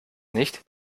nicht